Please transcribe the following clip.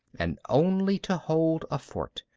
and only to hold a fort!